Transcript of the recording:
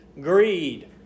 greed